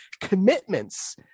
commitments